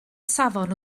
safon